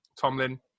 Tomlin